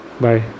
Bye